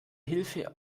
hilfe